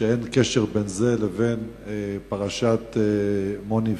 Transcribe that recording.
שאין קשר בין זה לבין פרשת מוני פנאן,